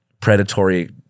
predatory